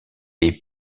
est